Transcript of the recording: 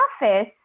office